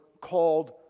called